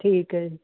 ਠੀਕ ਹੈ